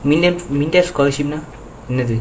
MINDEF MINDEF scholarship என்னது:ennathu